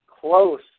close